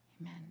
Amen